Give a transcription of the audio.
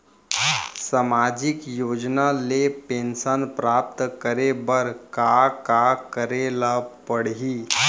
सामाजिक योजना ले पेंशन प्राप्त करे बर का का करे ल पड़ही?